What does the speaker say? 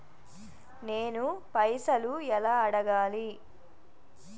నేను పైసలు ఎలా అడగాలి?